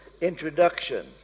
introduction